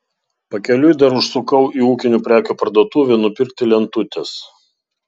pakeliui dar užsukau į ūkinių prekių parduotuvę nupirkti lentutės